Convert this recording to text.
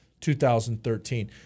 2013